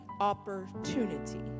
opportunity